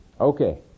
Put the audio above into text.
Okay